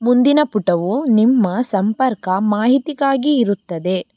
ಮುಂದಿನ ಪುಟವು ನಿಮ್ಮ ಸಂಪರ್ಕ ಮಾಹಿತಿಗಾಗಿ ಇರುತ್ತದೆ